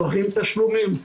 דוחים תשלומים.